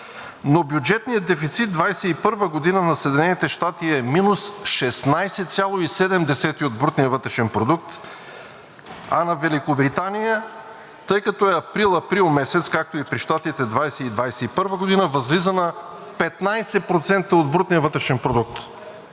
но бюджетният дефицит 2021 г. на Съединените щати е минус 16,7 от брутния вътрешен продукт, а на Великобритания, тъй като е април месец, както е и при Щатите – 2020-а и 2021 г., възлиза на 15% от брутния вътрешен продукт.